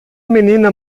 menina